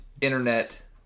Internet